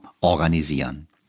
organisieren